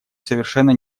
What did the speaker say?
совершенно